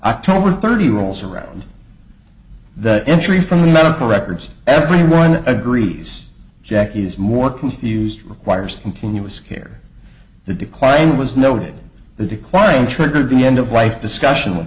october thirty rolls around the entry from the medical records everyone agrees jackie is more confused requires continuous care the decline was noted the decline triggered the end of life discussion with